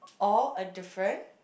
or a different